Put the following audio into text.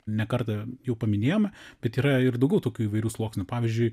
ne kartą jau paminėjom bet yra ir daugiau tokių įvairių sluoksnių pavyzdžiui